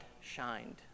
shined